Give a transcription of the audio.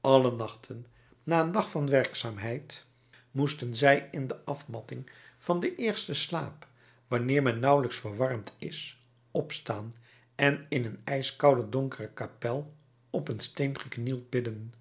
alle nachten na een dag van werkzaamheid moesten zij in de afmatting van den eersten slaap wanneer men nauwelijks verwarmd is opstaan en in een ijskoude donkere kapel op een steen geknield bidden